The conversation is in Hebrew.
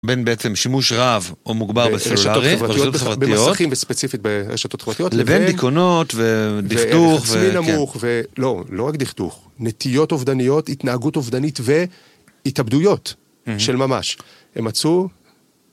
בין בעצם שימוש רב, או מוגבר בסלולרי, במסכים וספציפית ברשתות חברתיות, לבין דיכאונות ודכדוך, ערך עצמי נמוך, ולא, לא רק דכדוך, נטיות אובדניות, התנהגות אובדנית, והתאבדויות של ממש, הם מצאו...